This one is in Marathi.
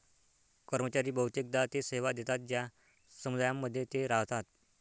कर्मचारी बहुतेकदा ते सेवा देतात ज्या समुदायांमध्ये ते राहतात